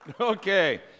Okay